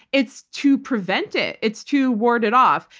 it's to prevent it. it's to ward it off.